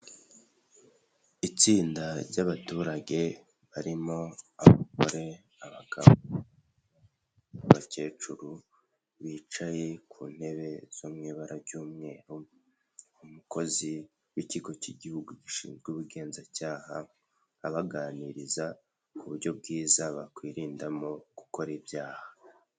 Itsinda ry'abaturage barimo abagore abagabo n'abakecuru bicaye ku ntebe zo mu ibara ry'umweru, umukozi w'ikigo cyigihugu gishinzwe ubugenzacyaha ari kubaganiriza ku buryo bwiza bakwirindamo gukora ibyaha.